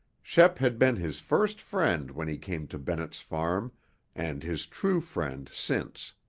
shep had been his first friend when he came to bennett's farm and his true friend since.